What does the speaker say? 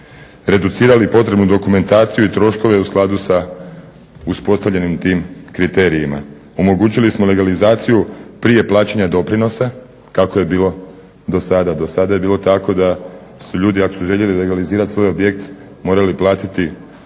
reducirali potrebnu dokumentaciju i troškove u skladu sa uspostavljenim tim kriterijima. Omogućili smo legalizaciju prije plaćanja doprinosa, kako je bilo do sada, do sada je bilo tako da su ljudi ako su željeli legalizirati svoj objekt morali platiti